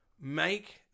Make